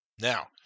Now